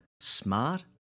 smart